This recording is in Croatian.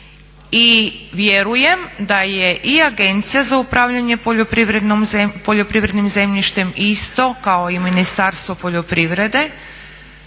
I vjerujem da je i Agencija za upravljanje poljoprivrednim zemljištem isto kao i Ministarstvo poljoprivrede